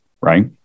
right